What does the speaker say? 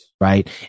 right